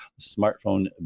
smartphone